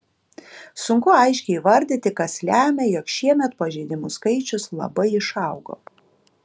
sunku aiškiai įvardyti kas lemia jog šiemet pažeidimų skaičius labai išaugo